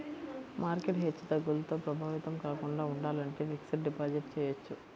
market హెచ్చుతగ్గులతో ప్రభావితం కాకుండా ఉండాలంటే ఫిక్స్డ్ డిపాజిట్ చెయ్యొచ్చు